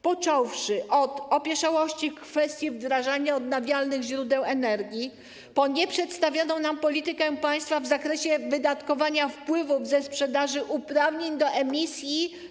Począwszy od opieszałości w kwestii wyrażania odnawialnych źródeł energii, po nieprzedstawioną nam politykę państwa w zakresie wydatkowania wpływów ze sprzedaży uprawnień do emisji